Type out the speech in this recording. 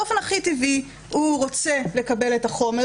באופן הכי טבעי הוא רוצה לקבל את החומר,